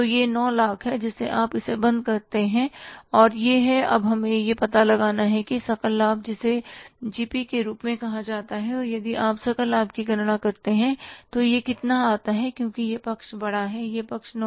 तो यह 900000 है जिसे आप इसे बंद करते हैं और यह है अब हमें यह पता लगाना है कि सकल लाभजिसे जीपी के रूप में कहा जाता है और यदि आप सकल लाभ की गणना करते हैं तो यह कितना आता है क्योंकि यह पक्ष बढ़ा है यह पक्ष 900000 है